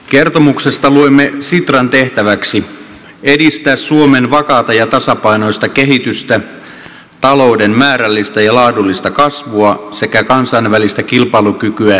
kertomuksesta luemme sitran tehtäväksi edistää suomen vakaata ja tasapainoista kehitystä talouden määrällistä ja laadullista kasvua sekä kansainvälistä kilpailukykyä ja yhteistyötä